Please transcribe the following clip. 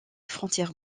frontières